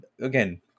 again